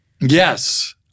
Yes